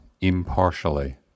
impartially